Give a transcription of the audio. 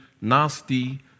nasty